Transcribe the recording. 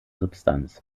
substanz